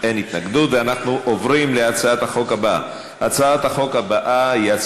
ואנחנו נוסיף אותה, וגם